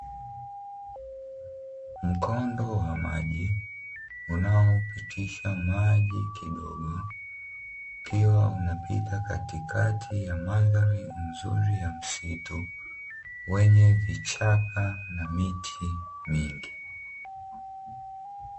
Mkondo wa maji unaopitisha maji kidogo, ukiwa unapita katikati ya mandhari nzuri ya msitu wenye vichaka na miti mingi.